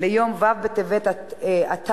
ליום ו' בטבת התשע"ב,